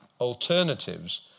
Alternatives